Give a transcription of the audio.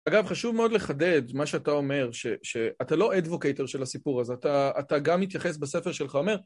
אגב, חשוב מאוד לחדד מה שאתה אומר, שאתה לא אדווקייטר של הסיפור הזה, אתה גם מתייחס בספר שלך, אומר...